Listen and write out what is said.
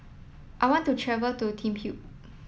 I want to travel to Thimphu